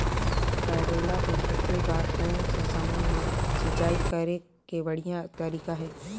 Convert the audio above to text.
करेला के खेती बार कोन सा समय मां सिंचाई करे के बढ़िया तारीक हे?